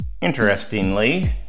Interestingly